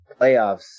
playoffs